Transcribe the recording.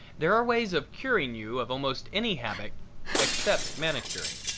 there are ways of curing you of almost any habit except manicuring.